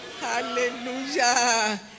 Hallelujah